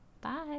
bye